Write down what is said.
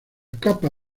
capa